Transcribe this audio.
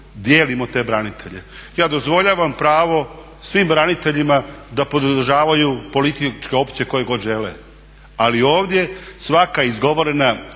dijelimo te branitelje. Ja dozvoljavam pravo svim braniteljima da podržavaju političke opcije koje god žele, ali ovdje svaka izgovorena